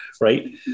right